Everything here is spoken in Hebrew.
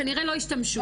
כנראה לא השתמשו,